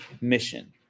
mission